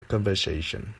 conversation